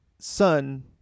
son